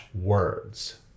words